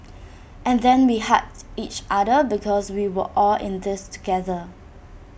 and then we hugged each other because we were all in this together